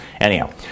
Anyhow